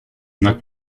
знак